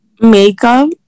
makeup